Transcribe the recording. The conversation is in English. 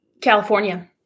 California